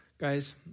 Guys